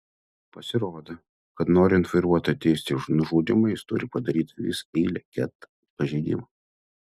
pasirodo kad norint vairuotoją teisti už nužudymą jis turi padaryti visą eilę ket pažeidimų